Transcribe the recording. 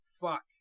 Fuck